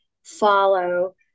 follow